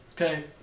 Okay